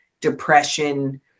depression